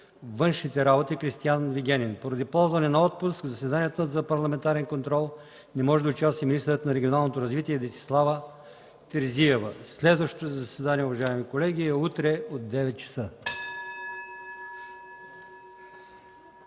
външните работи Кристиан Вигенин. Поради ползване на отпуск в заседанието за парламентарен контрол не може да участва министърът на регионалното развитие Десислава Терзиева. Следващото заседание, уважаеми колеги, е утре от 9,00 часа.